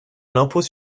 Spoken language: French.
l’impôt